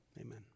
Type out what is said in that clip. Amen